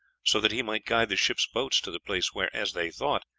so that he might guide the ship's boats to the place where, as they thought,